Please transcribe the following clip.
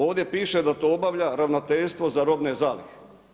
Ovdje piše da to obavlja ravnateljstvo za robne zalihe.